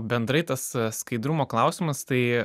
bendrai tas skaidrumo klausimas tai